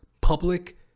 public